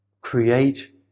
create